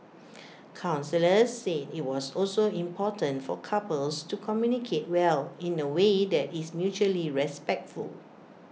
counsellors said IT was also important for couples to communicate well in away that is mutually respectful